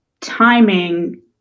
timing